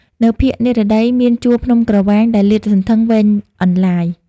នៅភាគនិរតីមានជួរភ្នំក្រវាញដែលលាតសន្ធឹងវែងអន្លាយ។